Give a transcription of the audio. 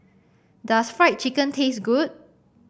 does Fried Chicken taste good